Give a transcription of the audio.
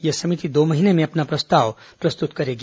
यह समिति दो महीनें में अपना प्रस्ताव प्रस्तुत करेगी